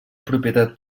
propietat